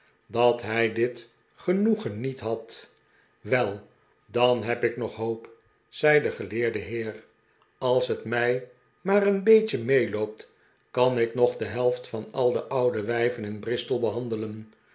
dat hij dit genoegen niet had wel dan heb ik nog hoop zei de geleerde heer als het mij maar een beetje m'eeloopt kan ik nog de helft van al de oude wijven in bristol behandelen